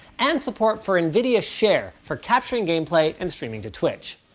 and support for nvidia share, for capturing gameplay and streaming to twitch.